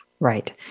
Right